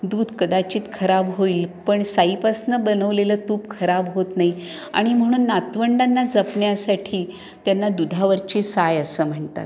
दूध कदाचित खराब होईल पण साईपासून बनवलेलं तूप खराब होत नाही आणि म्हणून नातवंडांना जपण्यासाठी त्यांना दुधावरची साय असं म्हणतात